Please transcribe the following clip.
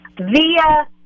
via